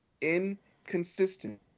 inconsistent